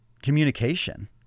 Communication